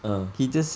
(uh huh)